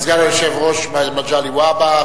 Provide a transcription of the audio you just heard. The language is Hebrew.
תודה רבה לסגן היושב-ראש מגלי והבה.